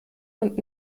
und